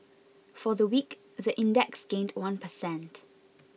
for the week the index gained one per cent